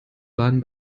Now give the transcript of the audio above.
waren